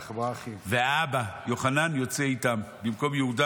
והאבא יוחנן יוצא איתם במקום יהודה,